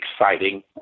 exciting